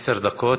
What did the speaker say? עשר דקות.